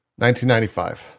1995